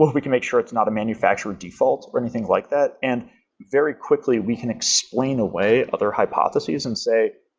we can make sure it's not a manufacturer default or anything like that, and very quickly we can explain a way, other hypothesis and say,